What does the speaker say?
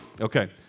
Okay